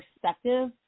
perspective